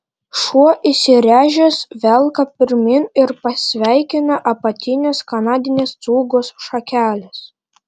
šuo įsiręžęs velka pirmyn ir pasveikina apatines kanadinės cūgos šakeles